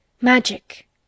Magic